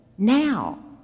Now